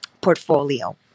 portfolio